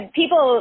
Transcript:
people